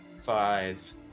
five